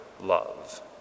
love